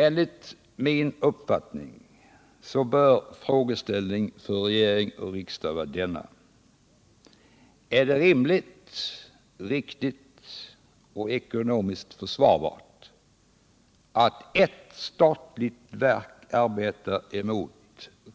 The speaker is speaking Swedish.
Enligt min mening bör frågeställningen för regering och riksdag vara denna: Är det rimligt, riktigt och ekonomiskt försvarbart att ett statligt verk arbetar emot